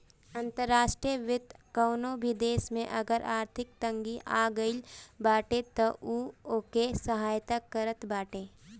अंतर्राष्ट्रीय वित्त कवनो भी देस में अगर आर्थिक तंगी आगईल बाटे तअ उ ओके सहायता करत बाटे